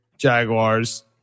Jaguars